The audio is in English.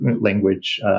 language